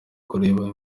kureba